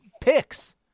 Picks